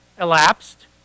elapsed